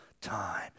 time